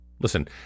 Listen